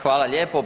Hvala lijepo.